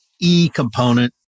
e-component